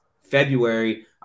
February